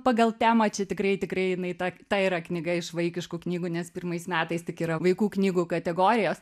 pagal temą čia tikrai tikrai jinai ta ta yra knyga iš vaikiškų knygų nes pirmais metais tik yra vaikų knygų kategorijos